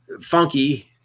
Funky